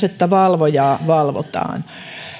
että valvojaa valvotaan